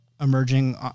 Emerging